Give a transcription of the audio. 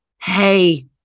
Hey